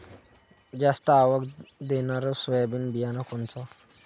जास्त आवक देणनरं सोयाबीन बियानं कोनचं?